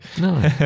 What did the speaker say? No